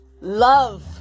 Love